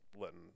letting